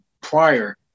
prior